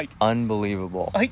unbelievable